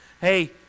Hey